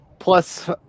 Plus